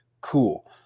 Cool